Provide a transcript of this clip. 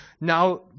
Now